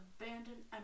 Abandoned